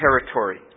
territory